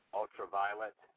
ultraviolet